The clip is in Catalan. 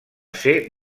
ser